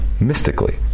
mystically